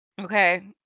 Okay